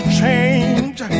change